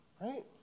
Right